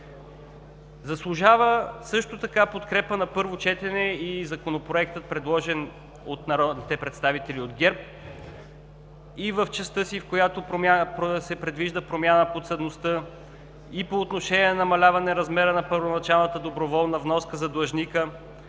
Заслужава подкрепа на първо четене и Законопроектът, предложен от народните представители от ГЕРБ – и в частта си, в която се предвижда промяна в подсъдността, и по отношение намаляване размера на първоначалната доброволна вноска за длъжника,